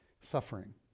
suffering